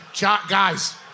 guys